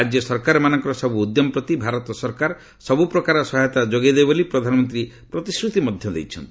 ରାଜ୍ୟ ସରକାରମାନଙ୍କର ସବୁ ଉଦ୍ୟମ ପ୍ରତି ଭାରତ ସରକାର ସବୁ ସହାୟତା ଯୋଗାଇ ଦେବେ ବୋଲି ପ୍ରଧାନମନ୍ତ୍ରୀ ପ୍ରତିଶ୍ରତି ଦେଇଛନ୍ତି